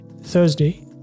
thursday